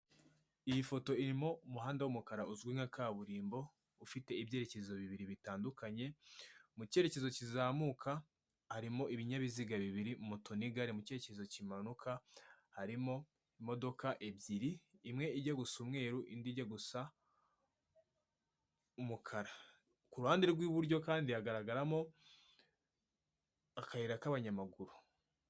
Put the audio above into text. Iyi foto irimo umuhanda w'umukara uzwi nka Kaburimbo, ufite ibyerekezo bibiri bitandukanye, mu cyerekezo kizamuka harimo ibinyabiziga bibiri moto na igare mu cyerekezo kimanuka, harimo imodoka ebyiri, imwe ijya gusa umweru indi ijya gusa umukara, ku ruhande rw'iburyo kandi hagaragaramo akayira k'abanyamaguru.